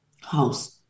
house